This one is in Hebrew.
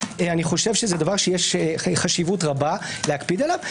אני חושב שזה דבר שיש לו חשיבות רבה להקפיד עליו.